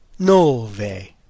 nove